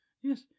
yes